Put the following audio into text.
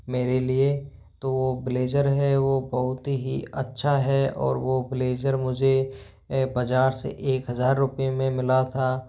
मेरे लिए तो वो ब्लेज़र है वो बहुत ही अच्छा है और वो ब्लेज़र मुझे बाजार से एक हजार रुपए में मिला था